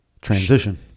transition